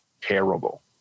terrible